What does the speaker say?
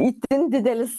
itin didelis